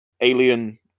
alien